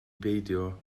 beidio